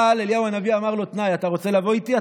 אבל אליהו הנביא אמר לו תנאי: אתה רוצה לבוא איתי?